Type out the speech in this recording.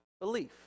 Belief